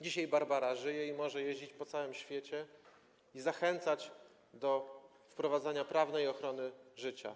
Dzisiaj Rebecca żyje i może jeździć po całym świecie i zachęcać do wprowadzenia prawnej ochrony życia.